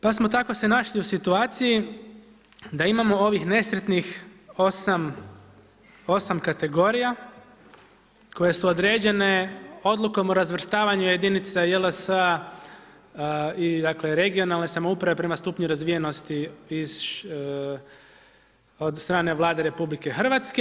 Pa smo se tako našli u situaciji da imamo ovih nesretnih 8 kategorija koje su određene odlukom o razvrstavanju jedinica JLS-a i regionalne samouprave prema stupnju razvijenosti od strane Vlade RH.